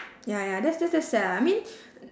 ya ya that's that's that's sad lah I mean